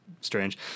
strange